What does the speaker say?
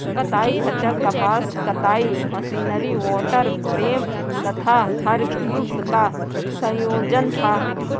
कताई खच्चर कपास कताई मशीनरी वॉटर फ्रेम तथा हरग्रीव्स का संयोजन था